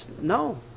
No